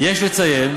יש לציין